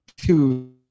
two